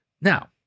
now